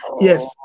yes